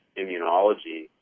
immunology